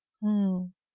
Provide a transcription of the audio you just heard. mm